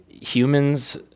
humans